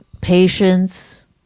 patience